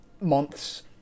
months